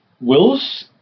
Will's